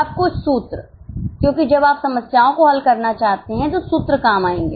अब कुछ सूत्र क्योंकि जब आप समस्याओं को हल करना चाहते हैं तो सूत्र काम आएंगे